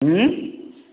उ